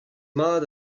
mat